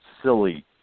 silly